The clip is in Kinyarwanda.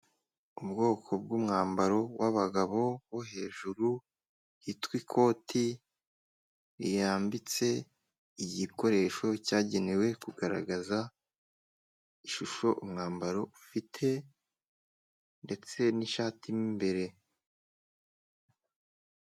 Ubwoko bw'umwambaro w'abagabo wo hejuru yitwa ikoti riyambitse igikoresho cyagenewe kugaragaza ishusho umwambaro ufite ndetse n'ishati mo imbere.